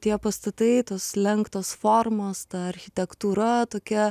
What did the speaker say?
tie pastatai tos lenktos formos ta architektūra tokia